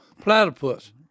platypus